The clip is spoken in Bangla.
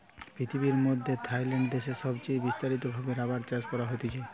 পৃথিবীর মধ্যে থাইল্যান্ড দেশে সবচে বিস্তারিত ভাবে রাবার চাষ করা হতিছে